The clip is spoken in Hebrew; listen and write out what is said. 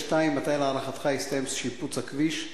2. מתי להערכתך יסתיים שיפוץ הכביש,